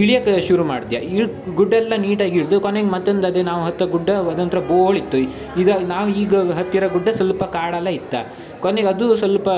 ಇಳ್ಯಕ್ಕೆ ಶುರು ಮಾಡ್ದ್ಯ ಇಳಿ ಗುಡ್ಡ ಎಲ್ಲ ನೀಟಾಗಿ ಇಳಿದು ಕೊನೆಗೆ ಮತ್ತೊಂದು ಅದೇ ನಾವು ಹತ್ತೋ ಗುಡ್ಡ ಅದೊಂಥರ ಬೋಳ ಇತ್ತು ಇದು ನಾವು ಈಗ ಹತ್ತಿರೋ ಗುಡ್ಡ ಸ್ವಲ್ಪ ಕಾಡೆಲ್ಲ ಇತ್ತು ಕೊನೆಗ್ ಅದು ಸ್ವಲ್ಪ